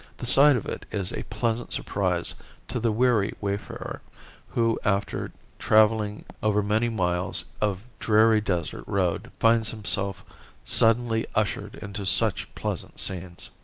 the sight of it is a pleasant surprise to the weary wayfarer who, after traveling over many miles of dreary desert road, finds himself suddenly ushered into such pleasant scenes.